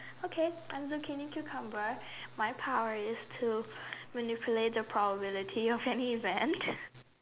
okay I'm looking into cucumber my power is to manipulate the power probability of uneven